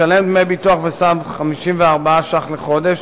משלם דמי ביטוח בסך 54 ש"ח לחודש,